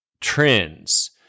trends